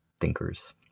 thinkers